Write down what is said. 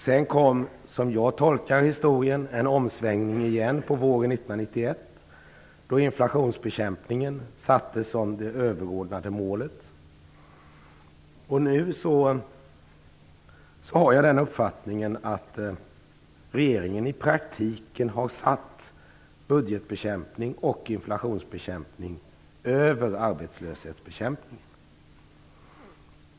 Sedan kom, som jag tolkar historien, en omsvängning på våren 1991, då inflationsbekämpningen sattes som det överordnade målet. Nu har jag uppfattningen att regeringen i praktiken har satt budgetbekämpning och inflationsbekämpning före arbetslöshetsbekämpningen.